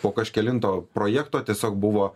po kažkelinto projekto tiesiog buvo